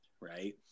Right